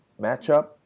matchup